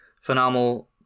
phenomenal